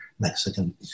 Mexican